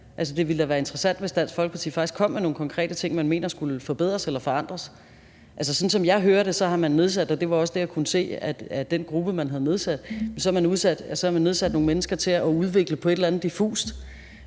Det ville da være interessant, hvis Dansk Folkeparti faktisk kom med nogle konkrete ting, man mener skulle forbedres eller forandres. Sådan som jeg hører det, har man – og det var også det, jeg kunne se af den gruppe, man havde nedsat – nedsat en gruppe med nogle mennesker til at udvikle på et eller andet diffust